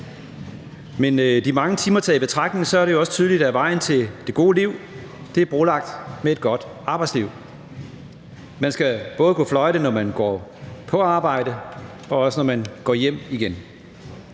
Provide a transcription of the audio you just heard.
Men de mange timer taget i betragtning er det også tydeligt, at vejen til det gode liv er brolagt med et godt arbejdsliv. Man skal både kunne fløjte, når man går på arbejde, og også når man går hjem igen.